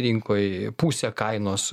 rinkoj pusę kainos